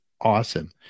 awesome